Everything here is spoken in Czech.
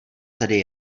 tedy